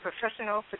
professional